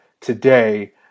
today